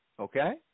Okay